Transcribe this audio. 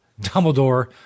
Dumbledore